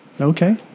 Okay